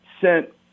sent